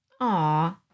Aw